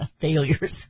failures